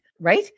right